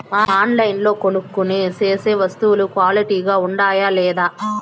ఆన్లైన్లో కొనుక్కొనే సేసే వస్తువులు క్వాలిటీ గా ఉండాయా లేదా?